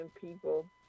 people